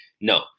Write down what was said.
No